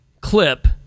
clip